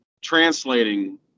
translating